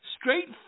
straight